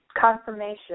confirmation